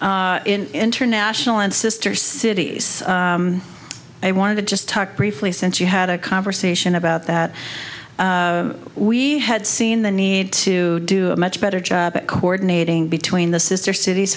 government in international and sister cities i wanted to just talk briefly since you had a conversation about that we had seen the need to do a much better job of coordinating between the sister cities